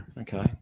Okay